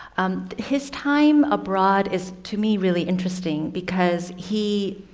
and his time abroad is to me really interesting, because he